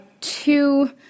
Two-